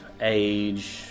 age